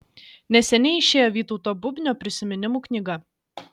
neseniai išėjo vytauto bubnio prisiminimų knyga